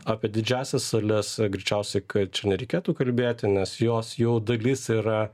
apie didžiąsias sales greičiausiai kad čia nereikėtų kalbėti nes jos jau dalis yra